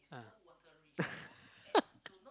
ah